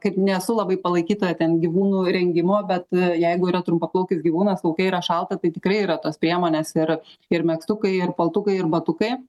kaip nesu labai palaikytoja ten gyvūnų rengimo bet jeigu yra trumpaplaukis gyvūnas lauke yra šalta tai tikrai yra tos priemonės ir ir megztukai ir paltukai ir batukai